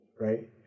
right